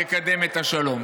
יקדם את השלום.